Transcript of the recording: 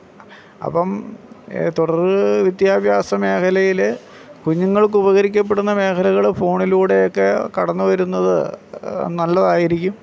അപ്പം തുടർ വിദ്യാഭ്യാസ മേഖലയിൽ കുഞ്ഞുങ്ങൾക്ക് ഉപകരിക്കപ്പെടുന്ന മേഖലകൾ ഫോണിലൂടെയൊക്കെ കടന്നുവരുന്നത് നല്ലതായിരിക്കും